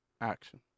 action